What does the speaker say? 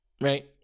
right